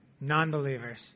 non-believers